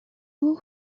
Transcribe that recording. haut